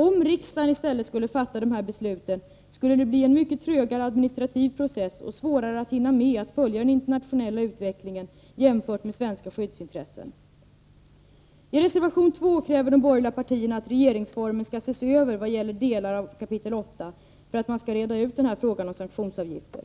Om riksdagen i stället skulle fatta de här besluten, skulle det bli en mycket trögare administrativ process och svårare att hinna med att följa den internationella utvecklingen jämfört med svenska skyddsintressen. I reservation 2 kräver de borgerliga partierna att regeringsformen skall ses över i vad gäller delar av 8 kap. för att man skall reda ut frågan om sanktionsavgifter.